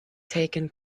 taken